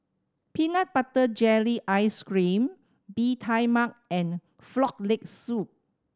peanut butter jelly ice cream Bee Tai Mak and Frog Leg Soup